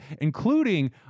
including